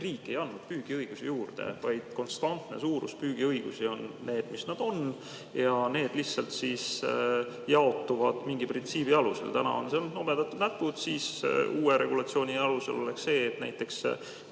riik ei andnud püügiõigusi juurde, vaid konstantne suurus püügiõigusi on need, mis nad on, ja need lihtsalt jaotuvad mingi printsiibi alusel. Praegu on eeldus nobedad näpud, uue regulatsiooni alusel oleks see, et näiteks